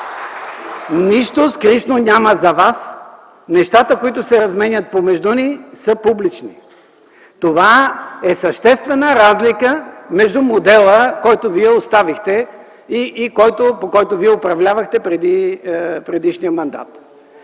Нищо скришно няма за вас. Нещата, които се разменят помежду ни, са публични. Това е съществената разлика между модела, който вие оставихте и по който вие управлявахте при предишния мандат.